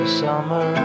summer